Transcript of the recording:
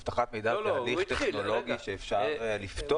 אבטחת מידע היא תהליך טכנולוגי שאפשר לפתור.